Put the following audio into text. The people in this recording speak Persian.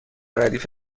ردیف